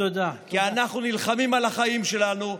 כי אנחנו נלחמים על החיים שלנו,